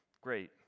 great